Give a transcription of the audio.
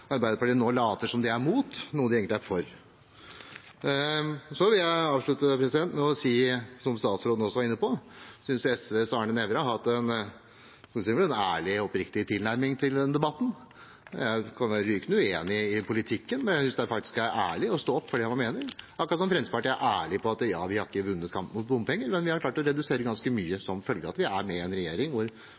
Arbeiderpartiet nå later som de er imot noe de egentlig er for. Så vil jeg avslutte med å si, som statsråden også var inne på: Jeg synes SVs Arne Nævra har hatt en ærlig og oppriktig tilnærming til denne debatten. Jeg kan være rykende uenig i politikken, men jeg synes faktisk det er ærlig å stå for det man mener – akkurat som Fremskrittspartiet er ærlige på at vi ikke har vunnet kampen mot bompenger, men at vi har klart å redusere ganske mye som følge av at vi er med i en regjering hvor